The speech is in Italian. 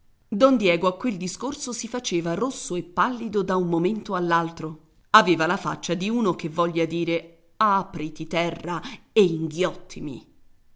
don diego a quel discorso si faceva rosso e pallido da un momento all'altro aveva la faccia di uno che voglia dire apriti terra e inghiottimi